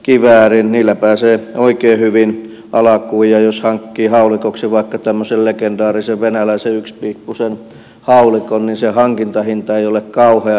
niillä pääsee oikein hyvin alkuun ja jos hankkii haulikoksi vaikka legendaarisen venäläisen yksipiippuisen haulikon niin se hankintahinta ei ole kauhea